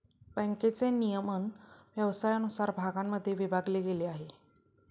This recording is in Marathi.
बँकेचे नियमन व्यवसायानुसार भागांमध्ये विभागले गेले आहे